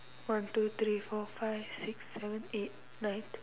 one two three four five six seven eight nine